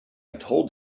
told